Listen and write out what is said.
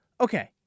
okay